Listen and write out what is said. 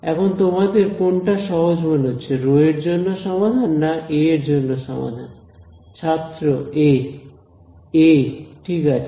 এখন তোমাদের কোনটা সহজ মনে হচ্ছে ρ এর জন্য সমাধান না এ এর জন্য সমাধান ছাত্র এ এ ঠিক আছে